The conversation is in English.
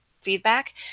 feedback